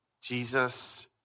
Jesus